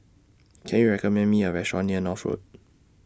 Can YOU recommend Me A Restaurant near North Road